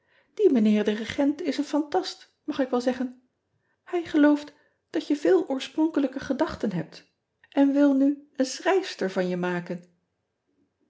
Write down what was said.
ie ijnheer de regent is een fantast mag ik wel zeggen ij gelooft dat je veel oorspronkelijke gedachten hebt en wil nu een schrijfster van je maken